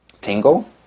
Tingle